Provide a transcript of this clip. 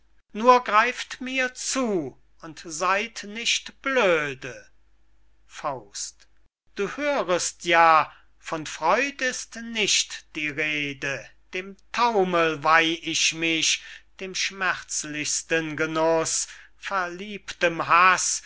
nur greift mir zu und seyd nicht blöde du hörest ja von freud ist nicht die rede dem taumel weih ich mich dem schmerzlichsten genuß verliebtem haß